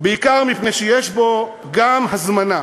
בעיקר מפני שיש בו גם הזמנה,